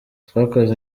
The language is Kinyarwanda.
twakoze